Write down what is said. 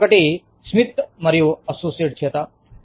ఒకటి Smith Associates Smith Associates చేత